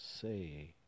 say